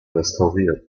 restauriert